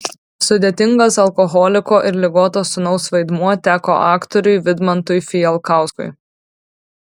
sudėtingas alkoholiko ir ligoto sūnaus vaidmuo teko aktoriui vidmantui fijalkauskui